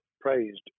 praised